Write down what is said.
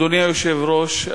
אדוני היושב-ראש,